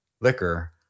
liquor